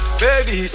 baby